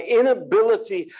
inability